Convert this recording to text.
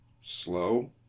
slow